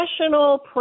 national